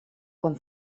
quan